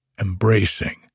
embracing